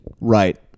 Right